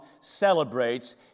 celebrates